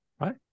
right